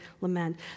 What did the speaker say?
lament